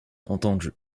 entendu